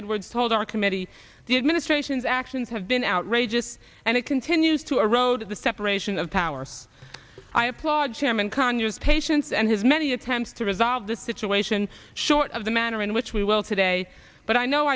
edwards told our committee the administration's actions have been outrageous and it continues to erode the separation of powers i applaud chairman conyers patience and his many attempts to resolve the situation short of the manner in which we will today but i know